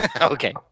Okay